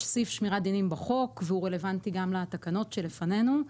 יש סעיף שמירת דינים בחוק והוא רלוונטי גם לתקנות שלפנינו.